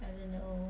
I don't know